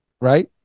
right